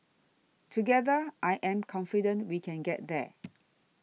together I am confident we can get there